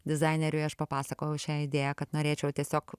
dizaineriui aš papasakojau šią idėją kad norėčiau tiesiog